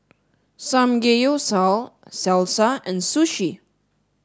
Samgeyopsal Salsa and Sushi